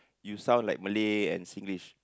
you sound like Malay and Singlish